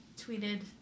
tweeted